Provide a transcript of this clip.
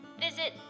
visit